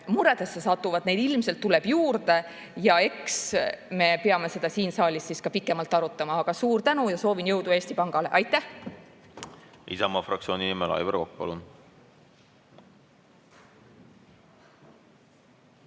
muredesse satuvad, ilmselt tuleb juurde. Ja eks me peame seda siin saalis siis ka pikemalt arutama. Aga suur tänu ja soovin jõudu Eesti Pangale. Aitäh! Isamaa fraktsiooni nimel Aivar Kokk,